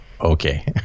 okay